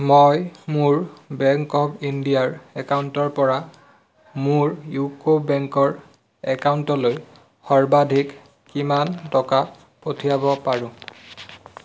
মই মোৰ bank of ইণ্ডিয়াৰ একাউণ্টৰ পৰা মোৰ ইউকো বেংকৰ একাউণ্টলৈ সৰ্বাধিক কিমান টকা পঠিয়াব পাৰো